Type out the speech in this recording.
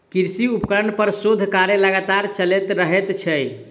कृषि उपकरण पर शोध कार्य लगातार चलैत रहैत छै